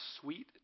sweet